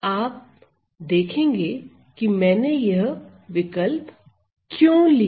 आप ही है देखेंगे कि मैंने यह विकल्प क्यों लिया